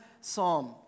psalm